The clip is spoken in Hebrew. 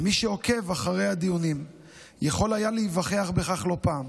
ומי שעוקב אחרי הדיונים יכול היה להיווכח בכך לא פעם,